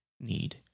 need